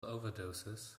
overdoses